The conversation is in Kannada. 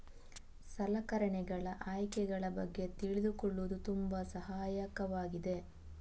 ಸಲಕರಣೆಗಳ ಆಯ್ಕೆಗಳ ಬಗ್ಗೆ ತಿಳಿದುಕೊಳ್ಳುವುದು ತುಂಬಾ ಸಹಾಯಕವಾಗಿದೆ